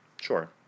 Sure